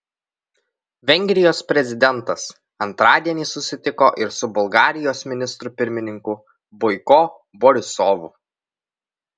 vengrijos prezidentas antradienį susitiko ir su bulgarijos ministru pirmininku boiko borisovu